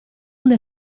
una